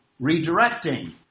redirecting